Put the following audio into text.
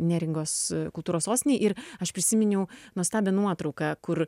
neringos kultūros sostinei ir aš prisiminiau nuostabią nuotrauką kur